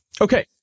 Okay